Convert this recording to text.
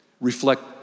reflect